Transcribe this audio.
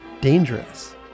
dangerous